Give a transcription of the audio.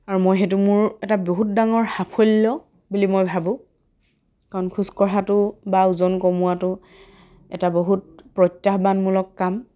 আৰু মই সেইটো মোৰ এটা বহুত ডাঙৰ সাফল্য বুলি মই ভাবোঁ কাৰণ খোজকঢ়াটো বা ওজন কমোৱাটো এটা বহুত প্ৰত্যাহ্বানমূলক কাম